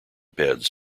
beds